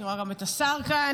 אני רואה גם את השר כאן,